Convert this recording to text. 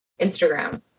Instagram